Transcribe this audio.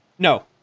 No